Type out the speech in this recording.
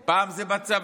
פעם זה בצבא,